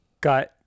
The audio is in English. got